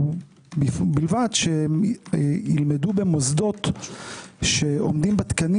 ובלבד שהם ילמדו במוסדות שעומדים בתקנים